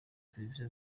serivisi